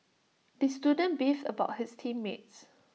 the student beefed about his team mates